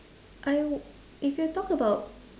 I w~ if you talk about